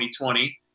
2020